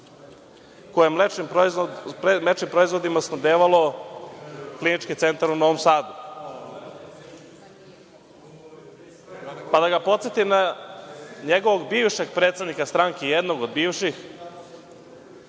je mlečnim proizvodima snabdevao Klinički centar u Novom Sadu, pa da ga podsetim na njegovog bivšeg predsednika stranke, jednog od bivših,